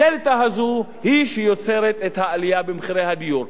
הדלתא הזאת היא שיוצרת את העלייה במחירי הדיור.